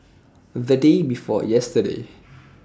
The Day before yesterday